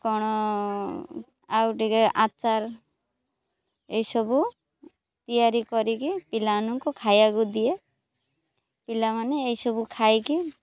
କ'ଣ ଆଉ ଟିକେ ଆଚାର ଏଇସବୁ ତିଆରି କରିକି ପିଲାମାନଙ୍କୁ ଖାଇବାକୁ ଦିଏ ପିଲାମାନେ ଏଇସବୁ ଖାଇକି